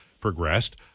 progressed